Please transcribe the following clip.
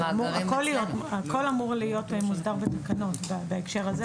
הכול אמור להיות מוסדר בתקנות בהקשר הזה.